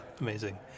amazing